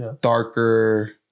darker